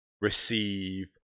receive